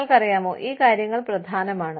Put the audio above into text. നിങ്ങൾക്കറിയാമോ ഈ കാര്യങ്ങൾ പ്രധാനമാണ്